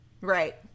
Right